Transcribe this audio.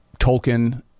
Tolkien